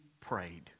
prayed